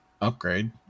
upgrade